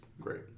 great